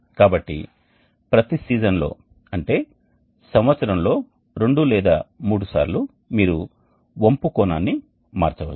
కాబట్టి ప్రతి సీజన్లో అంటే సంవత్సరంలో 2 లేదా 3 సార్లు మీరు వంపు కోణాన్ని మార్చవచ్చు